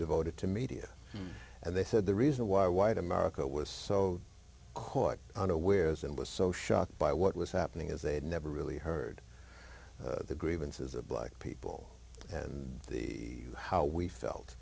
devoted to media and they said the reason why white america was so caught unawares and was so shocked by what was happening is they had never really heard the grievances of black people and the how we felt